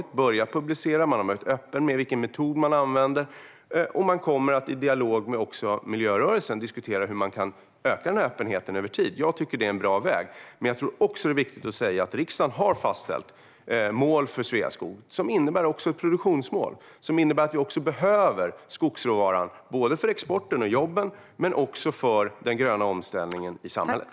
Man har börjat publicera och varit öppen med vilken metod man använder, och man kommer att i dialog även med miljörörelsen diskutera hur man kan öka öppenheten över tid. Jag tycker att det är en bra väg. Jag tror dock att det också är viktigt att säga att riksdagen har fastställt mål för Sveaskog som även innebär ett produktionsmål. Vi behöver skogsråvaran såväl för exporten och jobben som för den gröna omställningen i samhället.